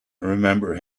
remember